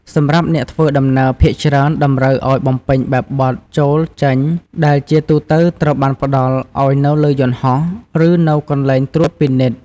សម្រាប់អ្នកធ្វើដំណើរភាគច្រើនតម្រូវឱ្យបំពេញបែបបទចូល-ចេញ ដែលជាទូទៅត្រូវបានផ្តល់ឱ្យនៅលើយន្តហោះ ឬនៅកន្លែងត្រួតពិនិត្យ។